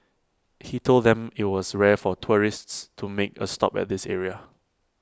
he told them IT was rare for tourists to make A stop at this area